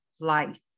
life